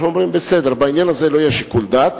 אנחנו אומרים: בעניין הזה לא יהיה שיקול דעת,